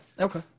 Okay